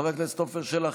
חבר הכנסת עפר שלח,